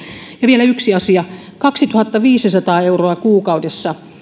ja vielä yksi asia kaksituhattaviisisataa euroa kuukaudessa